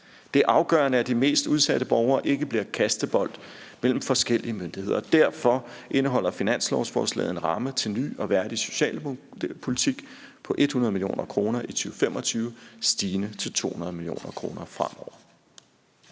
er afgørende, at de mest udsatte borgere ikke bliver kastebolde mellem forskellige myndigheder, og derfor indeholder finanslovsforslaget en ramme til en ny og værdig socialpolitik på 100 mio. kr. i 2025 stigende til 200 mio. kr. fremover.